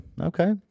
okay